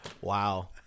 Wow